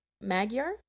Magyar